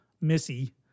Missy